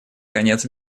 конец